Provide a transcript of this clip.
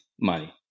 money